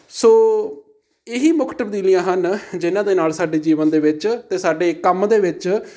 ਸੋ ਇਹੀ ਮੁੱਖ ਤਬਦੀਲੀਆਂ ਹਨ ਜਿਨ੍ਹਾਂ ਦੇ ਨਾਲ ਸਾਡੇ ਜੀਵਨ ਦੇ ਵਿੱਚ ਅਤੇ ਸਾਡੇ ਕੰਮ ਦੇ ਵਿੱਚ